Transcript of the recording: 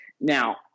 now